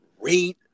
read